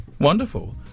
Wonderful